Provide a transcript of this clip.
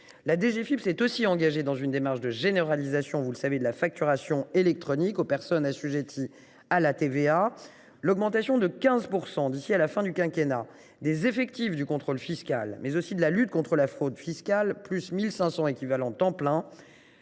La DGFiP s’est aussi engagée dans une démarche de généralisation de la facturation électronique aux personnes assujetties à la TVA. L’augmentation de 15 % d’ici à la fin du quinquennat des effectifs du contrôle fiscal et de la lutte contre la fraude fiscale 1 500 équivalents temps plein